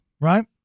right